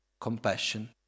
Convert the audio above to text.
compassion